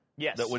Yes